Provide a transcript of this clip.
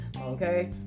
okay